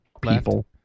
people